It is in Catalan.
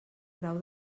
grau